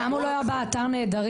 למה הוא לא היה באתר נעדרים?